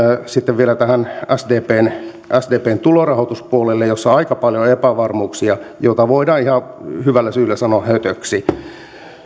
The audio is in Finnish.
sitten vielä sdpn sdpn tulorahoituspuolelle jossa on aika paljon epävarmuuksia sitä voidaan ihan hyvällä syyllä sanoa hötöksi